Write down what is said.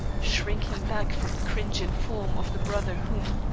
shrinking back from the cringing form of the brother whom,